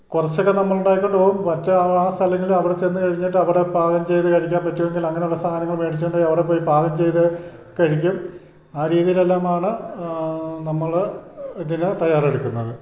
കുറച്ചൊക്കെ നമ്മളുണ്ടാക്കിക്കൊണ്ട് പോവും പക്ഷെ ആ ആ സ്ഥലങ്ങളിൽ അവിടെച്ചെന്നു കഴിഞ്ഞിട്ട് അവിടെ പാകം ചെയ്തു കഴിക്കാൻ പറ്റുമെങ്കിൽ അങ്ങനെയുള്ള സാധനങ്ങൾ മേടിച്ചു കൊണ്ടുപോയി അവിടെ പോയി പാകം ചെയ്തു കഴിക്കും ആ രീതിയിലെല്ലാമാണ് നമ്മൾ ഇതിന് തയ്യാറെടുക്കുന്നത്